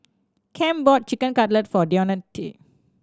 Cam bought Chicken Cutlet for Deonte